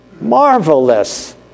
Marvelous